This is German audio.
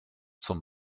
zum